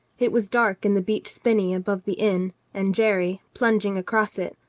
it was dark in the beech spinney above the inn, and jerry, plunging across it,